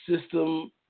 system